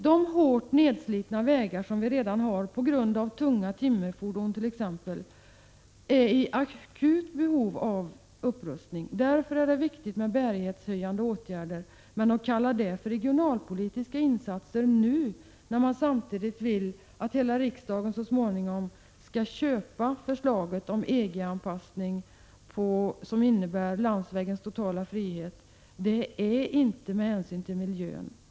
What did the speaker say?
De hårt nedslitna vägar som vi redan har på grund av t.ex. tunga timmerfordon är i akut behov av upprustning. Därför är det viktigt med bärighetshöjande åtgärder. Men att kalla det för regionalpolitiska insatser, när man vill att hela riksdagen så småningom skall köpa förslaget om EG-anpassning, som innebär landsvägens totala frihet, är inte att ta hänsyn till miljön.